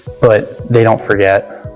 but, they donn't forget.